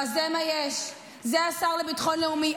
אבל זה מה יש, זה השר לביטחון לאומי.